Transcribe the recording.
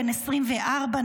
בן 24,